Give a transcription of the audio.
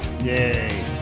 Yay